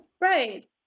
Right